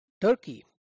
Turkey